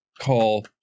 call